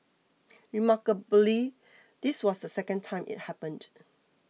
remarkably this was the second time it happened